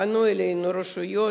פנו אלינו רשויות.